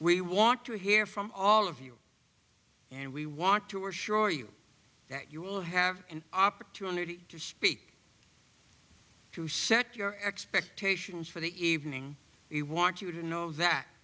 we want to hear from all of you and we want to assure you that you will have an opportunity to speak to set your expectations for the evening we want you to know that